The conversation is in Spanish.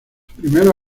primeros